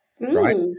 Right